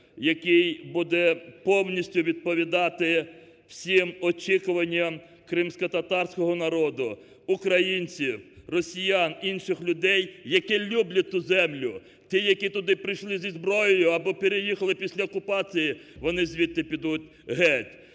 який буде повністю відповідати всім очікуванням кримськотатарського народу, українців, росіян, інших людей, які люблять ту землю. Ті, які прийшли туди зі зброєю або переїхали після окупації, вони звідти підуть геть.